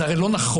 זה הרי לא נכון.